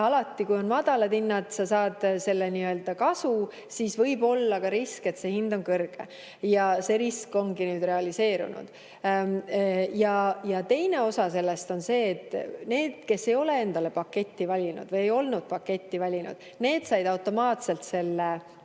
Aga kui on madalad hinnad ja sa saad kasu, siis võib olla ka risk, et see hind läheb kõrgeks. See risk ongi nüüd realiseerunud. Teine osa sellest on see, et need, kes ei ole endale paketti valinud või ei olnud paketti valinud, said automaatselt